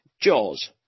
Jaws